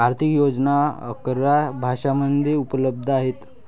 आर्थिक योजना अकरा भाषांमध्ये उपलब्ध आहेत